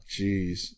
Jeez